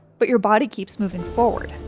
but your body keeps moving forward.